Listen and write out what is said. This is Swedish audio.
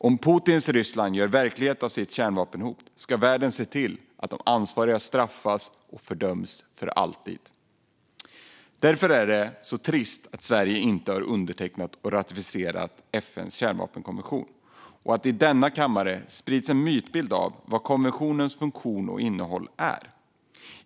Om Putins Ryssland gör verklighet av sitt kärnvapenhot ska världen se till att de ansvariga straffas och fördöms för alltid. Därför är det så trist att Sverige inte har undertecknat och ratificerat FN:s kärnvapenkonvention och att det i denna kammare sprids en mytbild av vad konventionens funktion och innehåll är.